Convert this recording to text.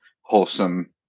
wholesome